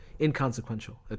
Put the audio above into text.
Inconsequential